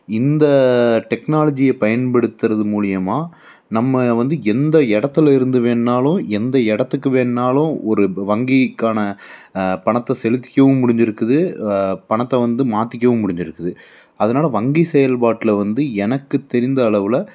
இந்த டெக்னாலஜியை பயன்படுத்துகிறது மூலிமா நம்ம வந்து எந்த இடத்துல இருந்து வேணுனாலும் எந்த எடத்துக்கு வேணுனாலும் ஒரு வங்கிக்கான பணத்தை செலுத்திக்கவும் முடிஞ்சிருக்குது பணத்தை வந்து மாற்றிக்கவும் முடிஞ்சிருக்குது அதனால வங்கி செயல்பாட்டில் வந்து எனக்கு தெரிந்த அளவில்